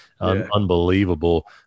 Unbelievable